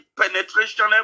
penetration